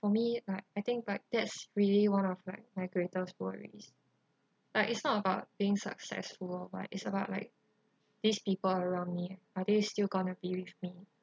for me like I think like that's really one of my greatest worries like it's not about being successful but it's about like these people around me are they still gonna be with me